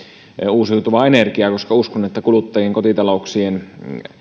uusiutuvaa energiaa koska uskon että kuluttajien kotitalouksien